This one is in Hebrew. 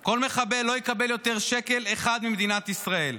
כל מחבל לא יקבל יותר שקל אחד ממדינת ישראל,